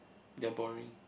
they are boring